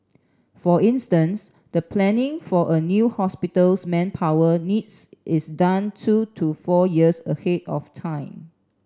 for instance the planning for a new hospital's manpower needs is done two to four years ahead of time